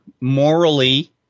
morally